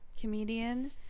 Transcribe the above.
comedian